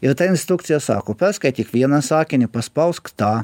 ir ta instrukcija sako perskaityk vieną sakinį paspausk tą